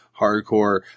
hardcore